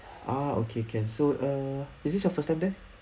ah okay can so err is this your first time there